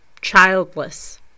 childless